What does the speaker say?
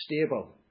stable